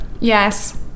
Yes